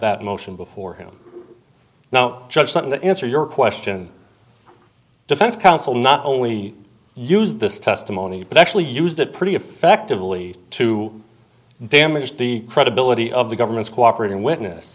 that motion before him now judge not to answer your question defense counsel not only use this testimony but actually used it pretty effectively to damage the credibility of the government's cooperating witness